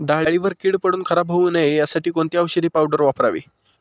डाळीवर कीड पडून खराब होऊ नये यासाठी कोणती औषधी पावडर वापरावी?